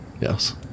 Yes